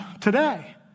today